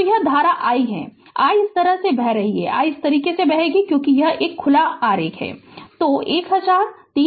तो यह धारा i है यह i इस तरह बह रहा है i इस तरह बह रहा है क्योंकि यह खुला है यह खुला है